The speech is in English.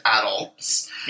adults